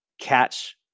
catch